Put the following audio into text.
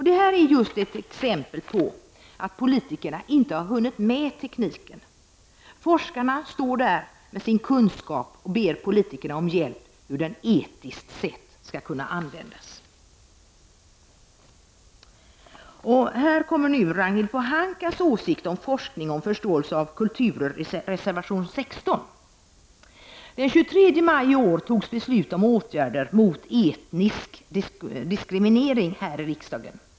Detta är just ett exempel på att politikerna inte har hunnit med tekniken. Forskarna står där med sin kunskap och ber politikerna om hjälp hur den etiskt sett skall kunna användas. Här kommer nu Ragnhild Pohankas åsikt om forskning om förståelse av kulturer, reservation 16. Den 23 maj i år beslutades här i riksdagen om åtgärder mot etnisk diskriminering.